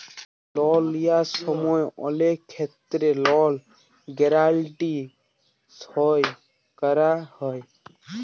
লল লিয়ার সময় অলেক ক্ষেত্রে লল গ্যারাল্টি সই ক্যরা হ্যয়